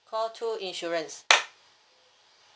call two insurance